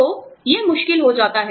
तो यह मुश्किल हो जाता है